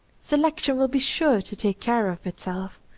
selection will be sure to take care of itself,